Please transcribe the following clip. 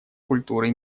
культуры